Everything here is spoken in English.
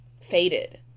faded